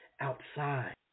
outside